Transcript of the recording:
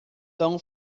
tão